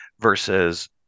versus